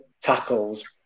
tackles